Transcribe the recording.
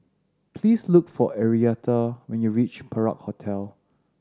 please look for Arietta when you reach Perak Hotel